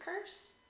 curse